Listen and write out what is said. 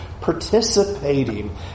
participating